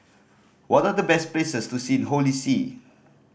what are the best places to see in Holy See